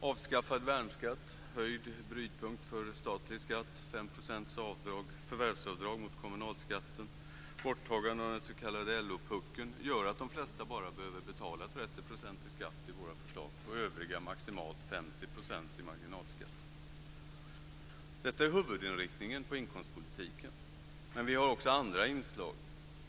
Avskaffad värnskatt, höjd brytpunkt för statlig skatt, 5 % förvärvsavdrag mot kommunalskatten och borttagande av den s.k. LO-puckeln gör att de flesta bara behöver betala Detta är huvudinriktningen på inkomstpolitiken. Men vi har också andra inslag.